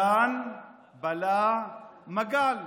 תן בלע מגל.